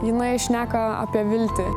jinai šneka apie viltį